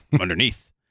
underneath